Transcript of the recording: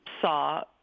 saw